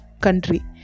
country